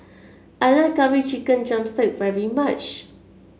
I like Curry Chicken drumstick very much